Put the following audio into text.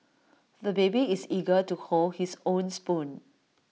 the baby is eager to hold his own spoon